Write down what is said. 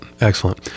Excellent